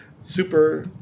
super